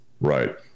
right